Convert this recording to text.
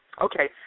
Okay